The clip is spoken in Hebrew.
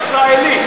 הישראלי.